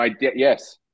Yes